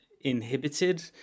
inhibited